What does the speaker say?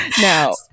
Now